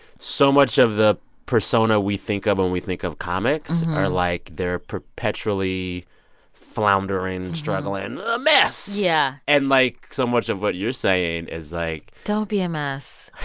so much of the persona we think of when we think of comics are, like, they're perpetually floundering and struggling a mess yeah and like, so much of what you're saying is like. don't be a mess